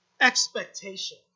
expectation